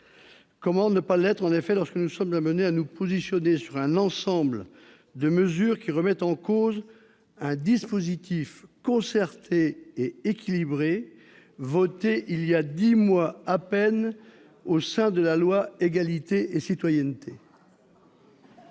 Comment ne pas l'être en effet lorsque nous sommes appelés à nous positionner sur un ensemble de mesures qui remettent en cause un dispositif concerté et équilibré, inscrit il y a dix mois à peine au sein de la loi Égalité et citoyenneté ?